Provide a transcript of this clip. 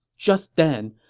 just then,